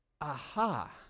Aha